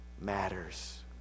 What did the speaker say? matters